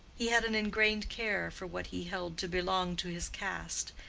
he had an ingrained care for what he held to belong to his caste,